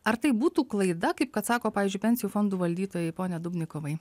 ar tai būtų klaida kaip kad sako pavyzdžiui pensijų fondų valdytojai pone dubnikovai